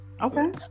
Okay